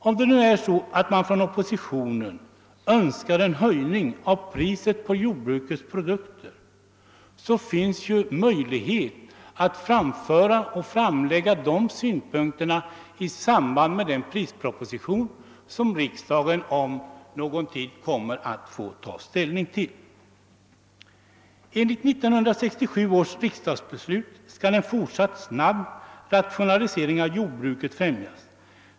Om nu oppositionen önskar en höjning av priset på jordbrukets produkter, har man ju möjlighet att framlägga sina synpunkter i samband med den prisproposition som riksdagen om någon tid kommer att få ta ställning till. Enligt 1967 års riksdagsbeslut skall en fortsatt snabb rationalisering av jordbruket främjas.